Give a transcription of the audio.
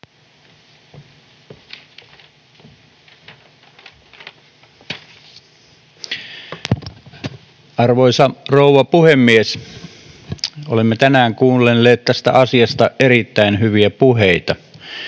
Arvoisa rouva puhemies! Olemme tänään kuunnelleet tästä asiasta erittäin hyviä puheita,